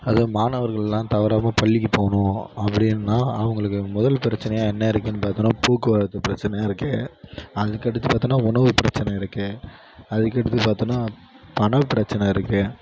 அது மாணவர்களெலாம் தவறாமல் பள்ளிக்குப் போகணும் அப்படினா அவங்களுக்கு முதல் பிரச்சினையா என்ன இருக்குதுனு பார்த்தோனா போக்குவரத்து பிரச்சினையா இருக்குது அதுக்கு அடுத்து பார்த்தோனா உணவுப் பிரச்சனை இருக்குது அதுக்கடுத்து பார்த்தோனா பணம் பிரச்சனை இருக்குது